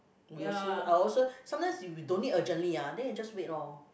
we 有时 I also sometimes if you don't need urgently ah then you just wait lor